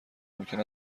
ممکن